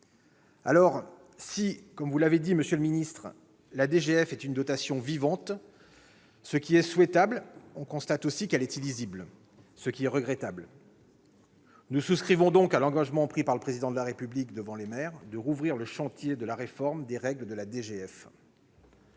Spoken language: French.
Si, comme vous l'avez dit, monsieur le ministre, la DGF est une dotation « vivante », ce qui est souhaitable, nous constatons aussi qu'elle est illisible, ce qui est regrettable. Nous souscrivons donc à l'engagement, pris par le Président de la République devant les maires, d'« ouvrir le chantier de la réforme des règles de la DGF